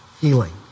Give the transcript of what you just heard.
healing